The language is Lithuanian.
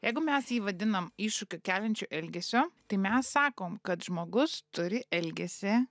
jeigu mes jį vadiname iššūkį keliančiu elgesiu tai mes sakom kad žmogus turi elgesį